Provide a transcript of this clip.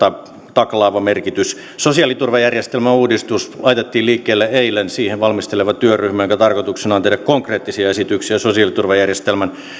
taklaava merkitys sosiaaliturvajärjestelmän uudistus laitettiin liikkeelle eilen siihen on valmisteleva työryhmä jonka tarkoituksena on tehdä konkreettisia esityksiä sosiaaliturvajärjestelmän